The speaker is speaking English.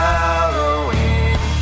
Halloween